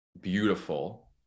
beautiful